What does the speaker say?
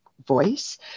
voice